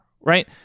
right